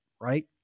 right